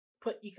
put